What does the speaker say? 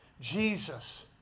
Jesus